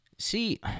See